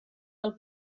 del